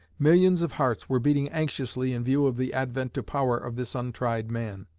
millions of hearts were beating anxiously in view of the advent to power of this untried man.